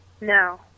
No